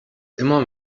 immer